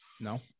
No